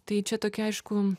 tai čia tokia aišku